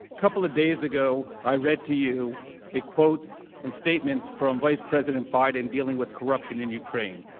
couple of days ago i read to you a quote and statement from vice president biden dealing with corruption in ukraine.